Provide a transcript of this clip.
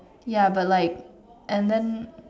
ya but like and then